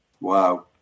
Wow